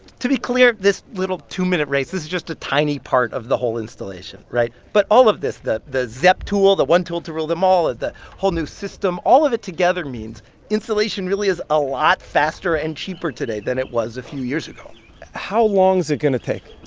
to be clear, this little two-minute race, this is just a tiny part of the whole installation, right? but all of this the the zep tool, the one tool to roll them all, the whole new system all of it together means installation really is a lot faster and cheaper today than it was a few years ago how long's it going to take?